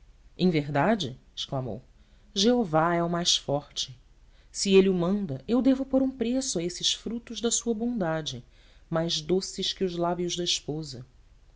em verdade exclamou jeová é o mais forte se ele o manda eu devo pôr um preço a estes frutos da sua bondade mais doces que os lábios da esposa